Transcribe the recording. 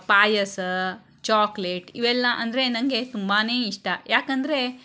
ಪಾಯಸ chocolate ಇವೆಲ್ಲ ಅಂದರೆ ನನಗೆ ತುಂಬಾ ಇಷ್ಟ ಯಾಕಂದರೆ